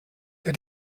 der